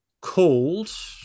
called